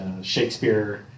Shakespeare